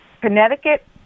Connecticut